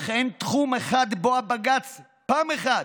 אך אין תחום אחד שבו בג"ץ פעם אחת,